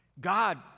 God